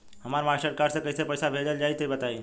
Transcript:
हमरा Mastercard से कइसे पईसा भेजल जाई बताई?